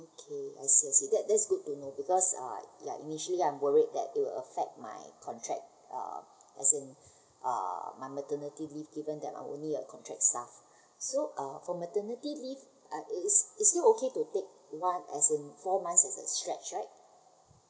okay I see I see that that's good to know because uh ya initially I worried that it will affect my contact uh as in uh my maternity leave given that I'm only a contracts staff so uh for maternity leave uh is it's still okay to take one as in four month at a stretch right